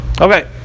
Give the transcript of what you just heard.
Okay